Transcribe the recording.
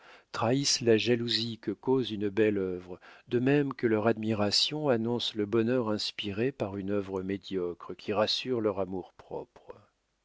trahissent la jalousie que cause une belle œuvre de même que leur admiration annonce le bonheur inspiré par une œuvre médiocre qui rassure leur amour-propre